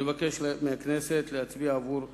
אני מבקש מהכנסת להצביע עבור החוק.